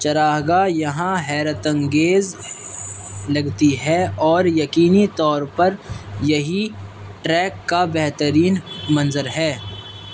چراہ گاہ یہاں حیرت انگیز لگتی ہے اور یقینی طور پر یہی ٹریک کا بہترین منظر ہے